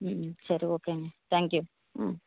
ம் சரி ஓகேங்க தேங்க் யூ ம்